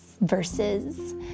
verses